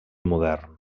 modern